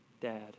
dad